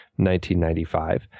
1995